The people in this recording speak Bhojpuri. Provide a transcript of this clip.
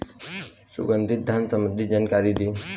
सुगंधित धान संबंधित जानकारी दी?